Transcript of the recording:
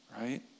right